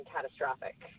catastrophic